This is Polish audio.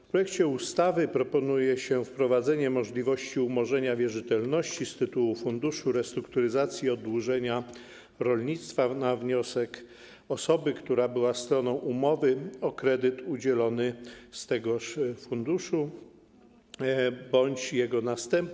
W projekcie ustawy proponuje się wprowadzenie możliwości umorzenia wierzytelności z tytułu Funduszu Restrukturyzacji i Oddłużenia Rolnictwa na wniosek osoby, która była stroną umowy o kredyt udzielony z tegoż funduszu, bądź jej następcy.